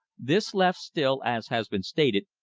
this left still, as has been stated,